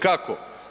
Kako?